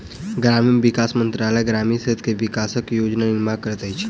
ग्रामीण विकास मंत्रालय ग्रामीण क्षेत्र के विकासक योजना निर्माण करैत अछि